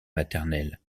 maternelle